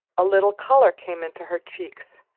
a little color came into her cheeks,